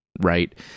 right